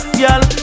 girl